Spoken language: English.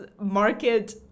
market